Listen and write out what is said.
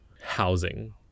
housing